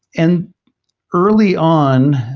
and early on,